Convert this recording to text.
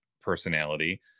personality